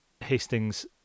Hastings